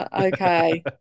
Okay